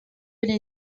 l’ai